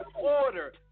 order